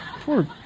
poor